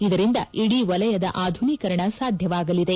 ಇದರಿಂದ ಇಡೀ ವಲಯದ ಆಧುನೀಕರಣ ಸಾಧ್ಯವಾಗಲಿದೆ